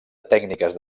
tècniques